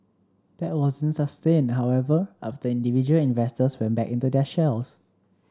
that wasn't sustained however after individual investors went back into their shells